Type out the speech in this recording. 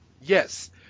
Yes